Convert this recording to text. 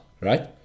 right